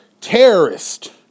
Terrorist